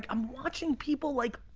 i'm watching people like